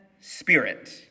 spirit